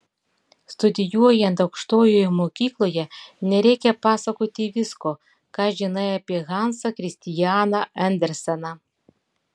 studijuojant aukštojoje mokykloje nereikia pasakoti visko ką žinai apie hansą kristianą anderseną